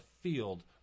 field